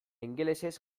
ingelesez